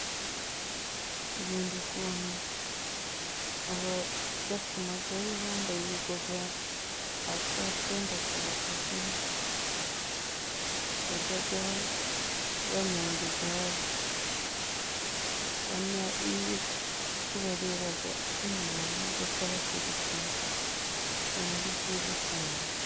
Nkunda ukuntu abajya ku magare bambaye ibigofero, na twa twenda tubafasheho, bajya banyonga igare, iyo uri kubareba inyuma amodoka abakurikiye ubona ari byiza cyane.